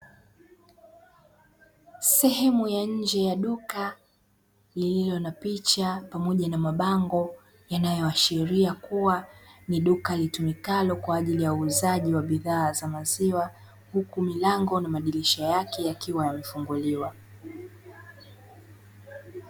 Sehemu ya nje ya duka lililo na picha pamoja na mabango, yanayo ashiria kuwa ni duka litumikalo kwa ajili ya uzaji wa bidhaa za maziwa, huku milango na madirisha yake yakiwa yamefunguliwa.